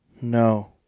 No